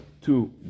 two